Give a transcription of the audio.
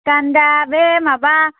गान्दा बे माबा